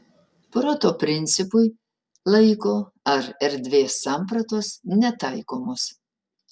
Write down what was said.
proto principui laiko ar erdvės sampratos netaikomos